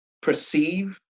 perceive